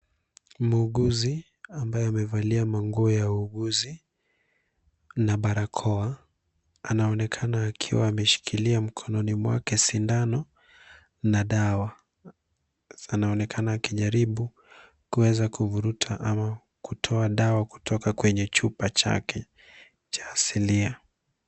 Muuguzi ambaye amevalia manguo ya uuguzi na barakoa. Anaonekana akiwa ameshikilia mkononi mwake sindano na dawa zinaonekana akijaribu kuweza kuvuruta ama kutoa dawa kutoka kwenye chupa chake cha asilia.